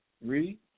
Read